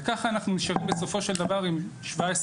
וככה אנחנו נשארים בסופו של דבר עם 17%,